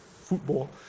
football